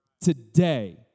today